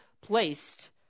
placed